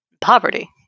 poverty